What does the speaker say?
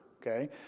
okay